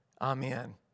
Amen